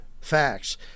facts